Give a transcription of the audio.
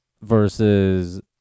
versus